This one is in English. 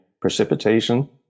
precipitation